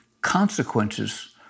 consequences